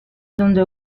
donde